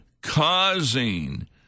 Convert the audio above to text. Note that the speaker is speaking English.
causing